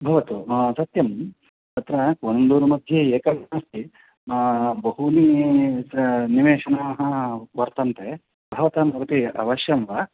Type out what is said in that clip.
भवतु सत्यं तत्र कोणन्दुरुमध्ये एकं नास्ति बहु निवेशनाः वर्तन्ते भवताम् अपि अवश्यं वा